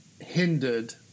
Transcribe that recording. hindered